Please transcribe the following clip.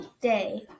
day